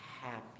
happy